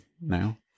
now